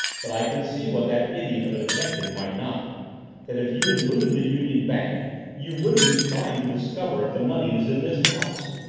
but i can see what that idiot of a detective might not that if you had looted the union bank you wouldn't be trying to discover if the money is in this house.